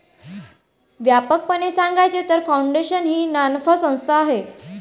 व्यापकपणे सांगायचे तर, फाउंडेशन ही नानफा संस्था आहे